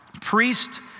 priest